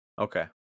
okay